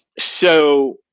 so,